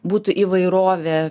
būtų įvairovė